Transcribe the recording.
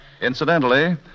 Incidentally